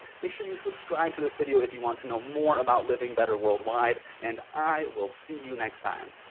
make sure you subscribe to this video. if you want to know more about living better worldwide, and i will see you next time.